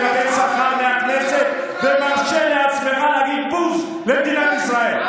מקבל שכר מהכנסת ומרשה לעצמך להגיד בוז למדינת ישראל.